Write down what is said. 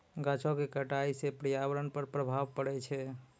गाछो क कटाई सँ पर्यावरण पर प्रभाव पड़ै छै